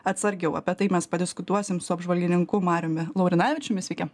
atsargiau apie tai mes padiskutuosim su apžvalgininku mariumi laurinavičiumi sveiki